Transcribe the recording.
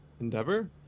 endeavor